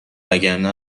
وگرنه